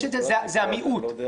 זה המיעוט,